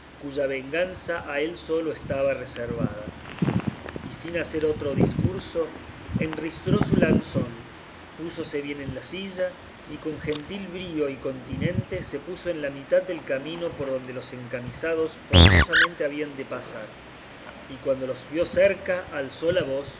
cuya venganza a él solo estaba reservada y sin hacer otro discurso enristró su lanzón púsose bien en la silla y con gentil brío y continente se puso en la mitad del camino por donde los encamisados forzosamente habían de pasar y cuando los vio cerca alzó la voz